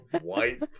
white